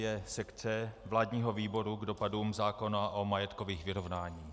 je sekce vládního výboru k dopadům zákona o majetkových vyrovnáních.